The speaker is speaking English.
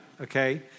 okay